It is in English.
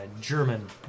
German